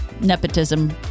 nepotism